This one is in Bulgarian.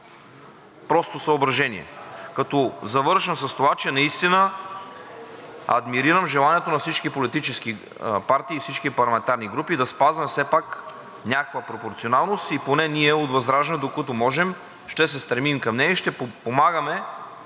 просто съображение. Завършвам с това, че наистина адмирирам желанието на всички политически партии и всички парламентарни групи да спазваме все пак някаква пропорционалност и поне ние, от ВЪЗРАЖДАНЕ, докато можем, ще се стремим към нея и ще подпомагаме